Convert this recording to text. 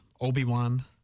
Obi-Wan